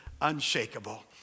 unshakable